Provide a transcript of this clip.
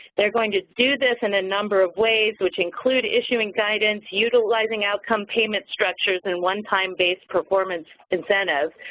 they are going to do this in a number of ways, which include issuing guidance, utilizing outcome payment payment structures and one time-based performance incentives.